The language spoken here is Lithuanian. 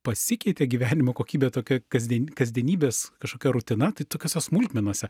pasikeitė gyvenimo kokybė tokia kasdien kasdienybės kažkokia rutina tai tokiose smulkmenose